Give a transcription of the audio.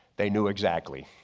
they knew exactly.